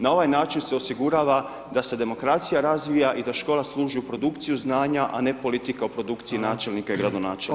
Na ovaj način se osigurava da se demokracija razvija, i da škola služi u produkciju znanja, a ne politika u produkciji načelnika i gradonačelnika.